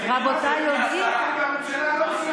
והממשלה לא,